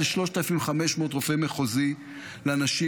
רופא מחוזי אחד ל-3,500 אנשים,